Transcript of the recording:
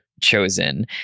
chosen